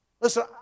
Listen